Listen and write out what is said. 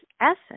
essence